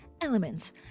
Elements